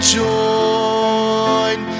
join